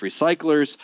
recyclers